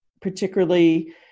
particularly